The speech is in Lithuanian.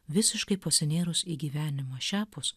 visiškai pasinėrus į gyvenimą šiapus